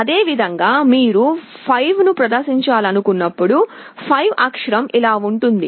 అదేవిధంగా మీరు 5 ను ప్రదర్శించాలనుకున్నప్పుడు 5 అక్షరం ఇలా ఉంటుంది